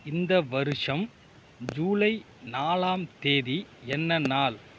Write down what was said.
இந்த வருஷம் ஜூலை நாலாம் தேதி என்ன நாள்